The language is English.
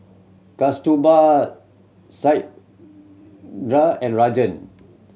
Kasturba Satyendra and Rajan